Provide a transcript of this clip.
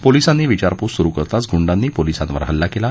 पोलिसांनी विचारपूस सुरु करताच गुंडांनी पोलिसांवर हल्ला केला